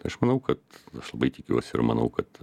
aš manau kad aš labai tikiuosi ir manau kad